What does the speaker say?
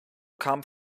kam